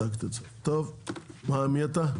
מי אתה?